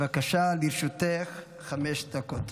בבקשה, לרשותך חמש דקות.